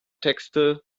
texte